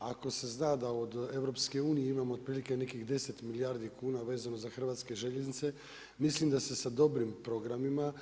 Ako se zna da od EU-a imamo otprilike imamo nekih 10 milijardi kuna vezano za hrvatske željeznice, mislim da se sa dobrim programima